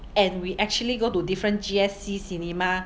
and we actually go to different G_S_C cinema